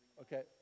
Okay